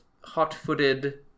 hot-footed